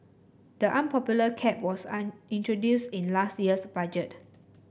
the unpopular cap was an introduced in last year's budget